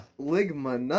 Ligma